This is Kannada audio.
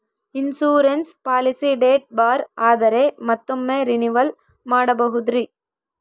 ಇನ್ಸೂರೆನ್ಸ್ ಪಾಲಿಸಿ ಡೇಟ್ ಬಾರ್ ಆದರೆ ಮತ್ತೊಮ್ಮೆ ರಿನಿವಲ್ ಮಾಡಬಹುದ್ರಿ?